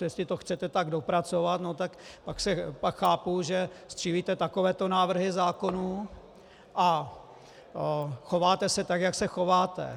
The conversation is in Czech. Jestli to chcete tak dopracovat, tak pak chápu, že střílíte takové návrhy zákonů a chováte se tak, jak se chováte.